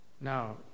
Now